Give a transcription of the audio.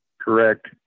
Correct